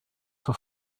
for